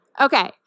Okay